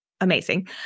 amazing